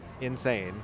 insane